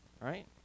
Right